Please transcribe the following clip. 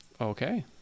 Okay